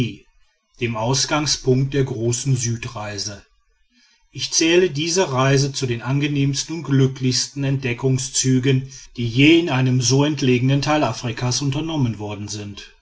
dem ausgangspunkt der großen südreise ich zähle diese reise zu den angenehmsten und glücklichsten entdeckungszügen die je in einem so entlegenen teil afrikas unternommen worden sind